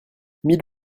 mille